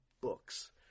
books